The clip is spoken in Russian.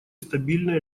стабильные